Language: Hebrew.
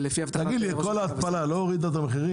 תגיד לי, כל ההתפלה לא הורידה את המחירים?